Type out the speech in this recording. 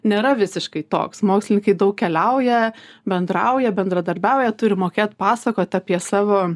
nėra visiškai toks mokslininkai daug keliauja bendrauja bendradarbiauja turi mokėt pasakot apie savo